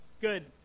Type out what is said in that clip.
good